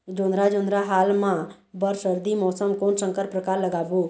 जोंधरा जोन्धरा हाल मा बर सर्दी मौसम कोन संकर परकार लगाबो?